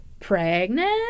pregnant